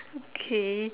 okay